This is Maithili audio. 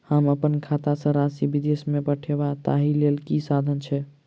हम अप्पन खाता सँ राशि विदेश मे पठवै ताहि लेल की साधन छैक?